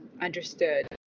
understood